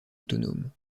autonome